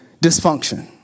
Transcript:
dysfunction